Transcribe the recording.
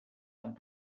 and